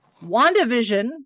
WandaVision